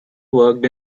worked